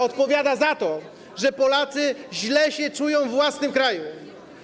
Odpowiada za to, że Polacy źle się czują we własnym kraju.